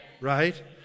Right